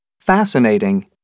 Fascinating